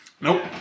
nope